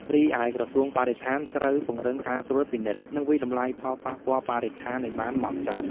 រីឯក្រសួងបរិស្ថានត្រូវពង្រឹងការត្រួតពិនិត្យ និងវាយតម្លៃផលប៉ះពាល់បរិស្ថានឱ្យបានហ្មត់ចត់។